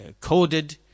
coded